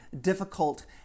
difficult